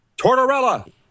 Tortorella